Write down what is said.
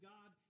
God